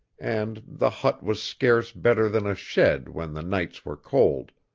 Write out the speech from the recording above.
and the hut was scarce better than a shed when the nights were cold,